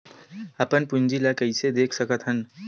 अपन पूंजी ला कइसे देख सकत हन?